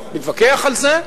נתווכח על זה,